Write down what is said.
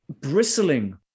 bristling